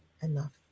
enough